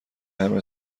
همه